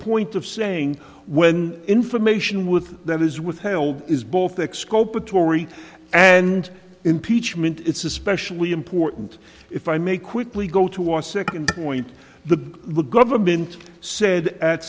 point of saying when information with that is withheld is both exculpatory and impeachment it's especially important if i may quickly go to our second point the government said at